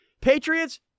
Patriots